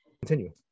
Continue